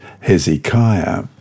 Hezekiah